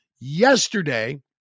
Yesterday